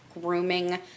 grooming